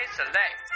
Select